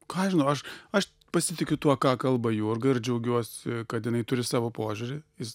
ką aš žinau aš aš pasitikiu tuo ką kalba jurga ir džiaugiuosi kad jinai turi savo požiūrį jis